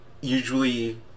usually